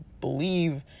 believe